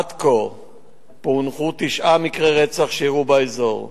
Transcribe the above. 4. עד כה פוענחו תשעה מקרי רצח שאירעו באזור,